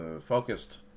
focused